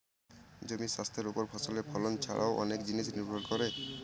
জমির স্বাস্থ্যের ওপর ফসলের ফলন ছারাও অনেক জিনিস নির্ভর করে